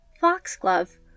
Foxglove